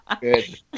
Good